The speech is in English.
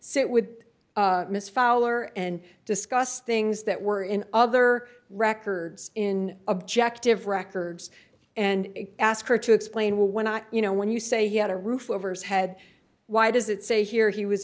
sit with miss fowler and discuss things that were in other records in objective records and ask her to explain when i you know when you say he had a roof over his head why does it say here he was